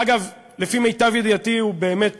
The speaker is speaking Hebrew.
אגב, לפי מיטב ידיעתי, הוא באמת